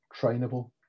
trainable